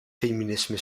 feminisme